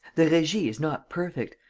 the regie is not perfect.